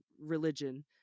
religion